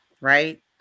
right